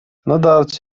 نظرت